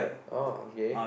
orh okay